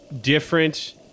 different